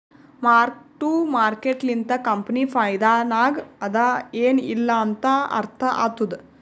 mark to market ಲಿಂತ ಕಂಪನಿ ಫೈದಾನಾಗ್ ಅದಾ ಎನ್ ಇಲ್ಲಾ ಅಂತ ಅರ್ಥ ಆತ್ತುದ್